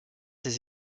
ses